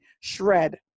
Shred